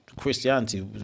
Christianity